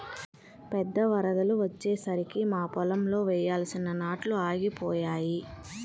పెద్ద వరదలు వచ్చేసరికి మా పొలంలో వేయాల్సిన నాట్లు ఆగిపోయాయి